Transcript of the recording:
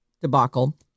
debacle